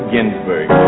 Ginsberg